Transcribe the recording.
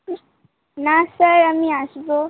না স্যার আমি আসবো